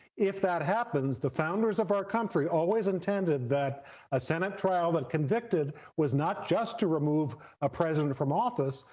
if that happens, the founders of our country always intended that a senate trial that convicted was not just to remove a president from office,